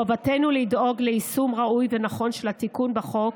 חובתנו לדאוג ליישום ראוי ונכון של התיקון בחוק